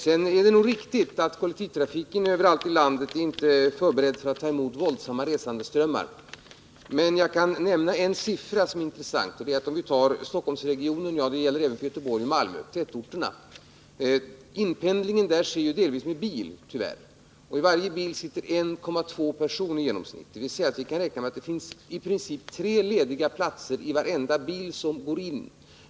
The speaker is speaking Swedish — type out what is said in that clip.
Sedan är det nog riktigt att kollektivtrafiken inte överallt i landet är förberedd för att ta emot våldsamma resandeströmmar. Men jag kan nämna en intressant siffra. I Stockholmsregionen, och även i Göteborg och Malmö, sker inpendling delvis med bil, tyvärr. I varje bil sitter i genomsnitt 1,2 personer. Vi kan räkna med att det finns i princip tre lediga platser i varenda bil som går in.